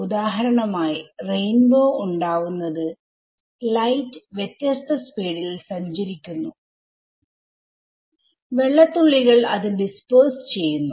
ഉദാഹരണമായി റെയിൻബോ ഉണ്ടാവുന്നത് ലൈറ്റ് വ്യത്യസ്ത സ്പീഡിൽ സഞ്ചരിക്കുന്നുവെള്ളത്തുള്ളികൾ അത് ഡിസ്പെർസ് ചെയ്യുന്നു